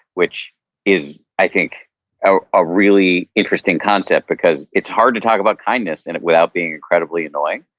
which is i think a ah really interesting concept, because it's hard to talk about kindness and without being incredibly annoying.